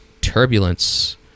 turbulence